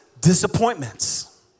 disappointments